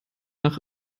nach